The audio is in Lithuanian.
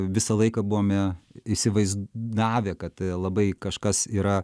visą laiką buvome įsivaizdavę kad labai kažkas yra